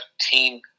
team